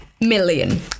million